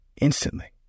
instantly